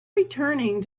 returning